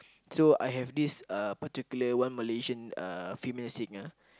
so I have this uh particular one Malaysian uh female singer